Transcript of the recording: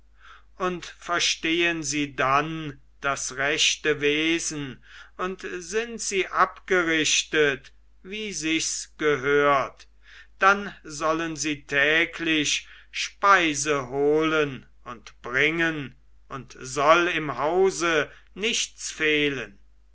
und verstehen sie dann das rechte wesen und sind sie abgerichtet wie sichs gehört dann sollen sie täglich speise holen und bringen und soll im hause nichts fehlen